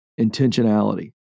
intentionality